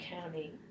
County